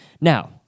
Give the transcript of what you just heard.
Now